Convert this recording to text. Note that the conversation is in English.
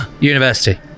University